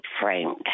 framed